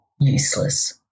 useless